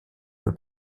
peu